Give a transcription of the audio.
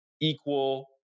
equal